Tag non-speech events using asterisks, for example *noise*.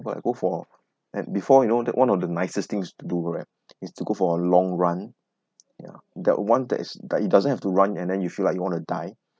why go for and before you know that one of the nicest things to do right *noise* is to go for a long run ya that [one] that is it doesn't have to run and then you feel like you want to die